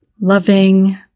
loving